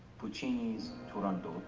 puccini's turandot,